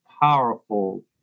powerful